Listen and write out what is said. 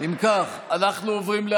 אוסיף את קולך, חבר הכנסת טיבי, אין בעיה.